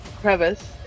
crevice